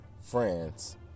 friends